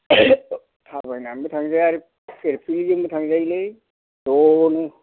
थाबायनानैबो थांजायो आरो फिलफिलिजोंबो थांजायोलै ज'नो